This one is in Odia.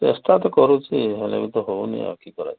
ଚେଷ୍ଟା ତ କରୁଛି ହେଲେ ବି ତ ହେଉନି ଆଉ କି କରାଯିବ